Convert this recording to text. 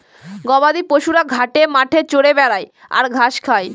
গবাদি পশুরা ঘাটে মাঠে চরে বেড়ায় আর ঘাস খায়